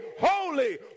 holy